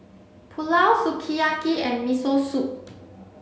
Pulao Sukiyaki and Miso Soup